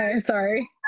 sorry